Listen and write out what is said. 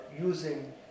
using